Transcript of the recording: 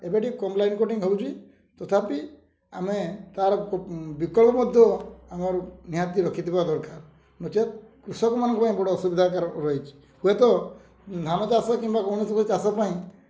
ଏବେ ଠି କମ୍ ଲାଇନ୍ କଟିଙ୍ଗ ହେଉଛି ତଥାପି ଆମେ ତା'ର ବିକଳ୍ପ ମଧ୍ୟ ଆମର ନିହାତି ରଖିଥିବା ଦରକାର ନଚେତ କୃଷକମାନଙ୍କ ପାଇଁ ବଡ଼ ଅସୁବିଧା ରହିଛି ହୁଏତ ଧାନ ଚାଷ କିମ୍ବା କୌଣସି ଚାଷ ପାଇଁ